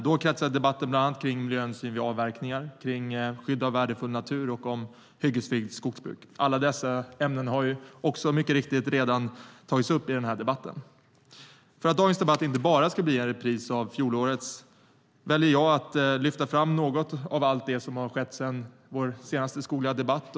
Då kretsade debatten bland annat kring miljöhänsyn vid avverkning, skydd av värdefull natur och hyggesfritt skogsbruk. Alla dessa ämnen har mycket riktigt redan tagits upp i dagens debatt. För att dagens debatt inte bara ska bli en repris av fjolårets väljer jag att lyfta fram något av allt det som skett sedan vår senaste skogliga debatt.